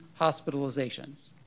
hospitalizations